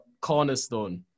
cornerstone